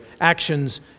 actions